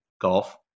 Golf